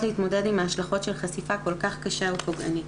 להתמודד עם ההשלכות של חשפה כל כך קשה ופוגענית.